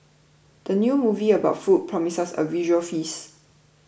the new movie about food promises a visual feast